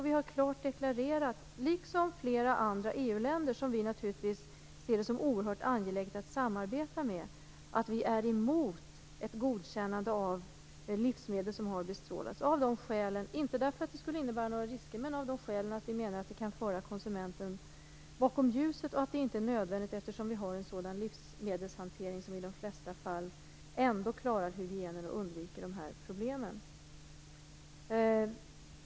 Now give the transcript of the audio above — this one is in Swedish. Vi har klart deklarerat, liksom flera andra EU-länder som vi ser det som oerhört angeläget att samarbeta med, att vi är emot ett godkännande av livsmedel som har bestrålats. Detta har vi gjort, inte för att det skulle innebära några risker utan för att vi menar att det kan föra konsumenten bakom ljuset. Dessutom är det inte nödvändigt, eftersom vi har en livsmedelshantering som i de flesta fall ändå klarar hygienen och undviker dessa problem.